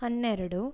ಹನ್ನೆರಡು